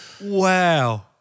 Wow